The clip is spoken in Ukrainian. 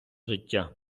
життя